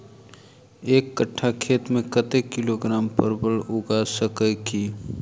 एक कट्ठा खेत मे कत्ते किलोग्राम परवल उगा सकय की??